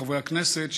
חברי הכנסת,